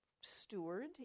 steward